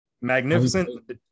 magnificent